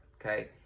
Okay